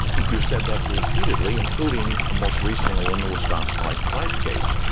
you said that repeatedly including most recently in the wisconsin right-to-life case.